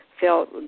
felt